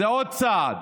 זה עוד צעד,